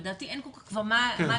לדעתי אין כל כך כבר מה לדוש,